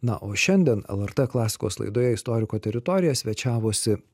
na o šiandien lrt klasikos laidoje istoriko teritorija svečiavosi